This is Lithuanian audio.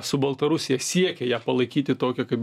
su baltarusija siekė ją palaikyti tokią kaip